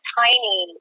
tiny